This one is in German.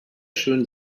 schön